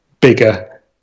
bigger